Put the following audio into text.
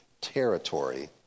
territory